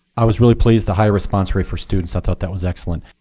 i was really pleased the higher response rate for students. i thought that was excellent.